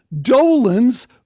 dolan's